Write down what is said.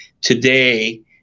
today